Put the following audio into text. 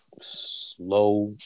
slow